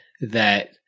that-